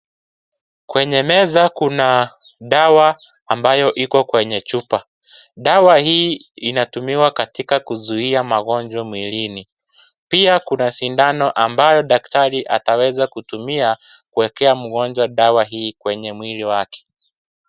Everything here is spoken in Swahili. Kwenye meza kuna dawa ambayo iko kwenye chupa, dawa hii inatumika katika kuzuia magonjwa mwilini, pia kuna sindano ambayo daktari ataweza kutumia kuwekea mgonjwa dawa hii kwenye mwili wake.